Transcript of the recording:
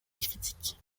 critiques